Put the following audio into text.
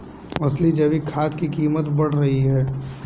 असली जैविक खाद की कीमत बढ़ रही है